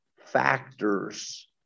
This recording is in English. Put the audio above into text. factors